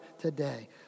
today